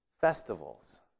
festivals